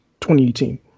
2018